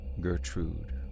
Gertrude